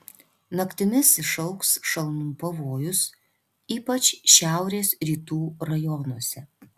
naktimis išaugs šalnų pavojus ypač šiaurės rytų rajonuose